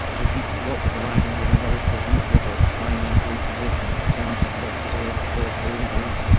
the deepwater horizon was an ultra-deepwater, dynamically positioned, semi-submersible offshore drilling rig.